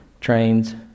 trains